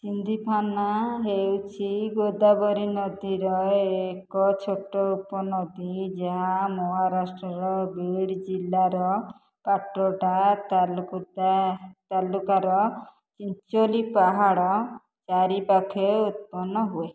ସିନ୍ଧଫଣା ହେଉଛି ଗୋଦାବରୀ ନଦୀର ଏକ ଛୋଟ ଉପନଦୀ ଯାହା ମହାରାଷ୍ଟ୍ରର ବିଡ଼୍ ଜିଲ୍ଲାର ପାଟୋଟା ତାଳୁକୁଟା ତାଲୁକାର ଚିଞ୍ଚୋଲି ପାହାଡ଼ ଚାରିପାଖେ ଉତ୍ପନ୍ନ ହୁଏ